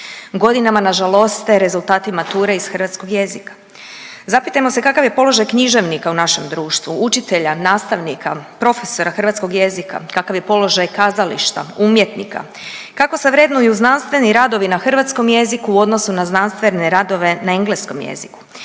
Godinama nas žaloste rezultati mature iz hrvatskog jezika. Zapitajmo se kakav je položaj književnika u našem društvu, učitelja, nastavnika, profesora hrvatskog jezika, kakav je položaj kazališta, umjetnika, kako se vrednuju znanstveni radovi na hrvatskom jeziku u odnosu na znanstvene radove na engleskom jeziku?